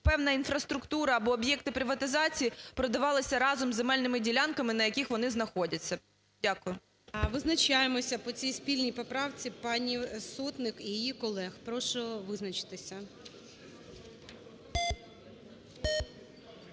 певна інфраструктура або об'єкти приватизації продавалися разом із земельними ділянками, на яких вони знаходяться. Дякую. ГОЛОВУЮЧИЙ. Визначаємося по цій спільній поправці пані Сотник і її колег. Прошу визначитися.